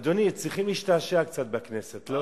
אדוני, צריכים להשתעשע קצת בכנסת, לא?